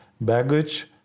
baggage